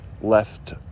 Left